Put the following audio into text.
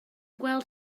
gweld